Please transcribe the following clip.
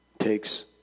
takes